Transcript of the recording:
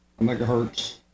megahertz